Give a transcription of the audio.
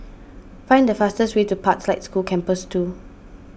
find the fastest way to Pathlight School Campus two